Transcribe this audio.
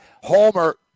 Homer